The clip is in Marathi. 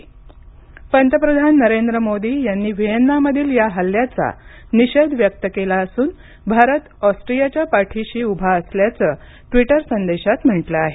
पंतप्रधान व्हीएन्ना पंतप्रधान नरेंद्र मोदी यांनी व्हिएन्नामधील या हल्ल्याचा निषेध व्यक्त केला असून भारत ऑस्ट्रियाच्या पाठीशी उभा असल्याचं ट्विटर संदेशात म्हटलं आहे